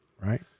Right